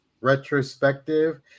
retrospective